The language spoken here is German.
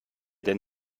denn